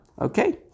Okay